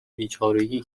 بیچارگی